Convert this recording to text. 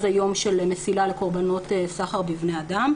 היום של "מסילה" לקורבנות סחר בבני אדם.